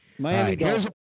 Miami